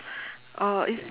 oh is